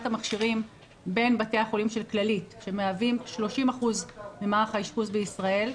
המכשירים בין בתי החולים של כללית שמהווים 30% ממערך האשפוז בישראל,